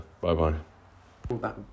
Bye-bye